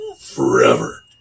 Forever